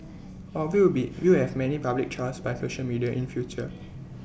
or we will be we will have many public trials by social media in future